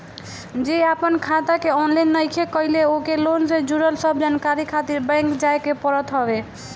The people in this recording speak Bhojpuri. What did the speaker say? जे आपन खाता के ऑनलाइन नइखे कईले ओके लोन से जुड़ल सब जानकारी खातिर बैंक जाए के पड़त हवे